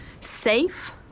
safe